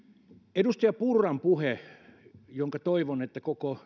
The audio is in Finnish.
edustaja purran puhe jonka toivon koko